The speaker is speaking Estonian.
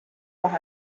vahe